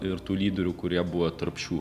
ir tų lyderių kurie buvo tarp šių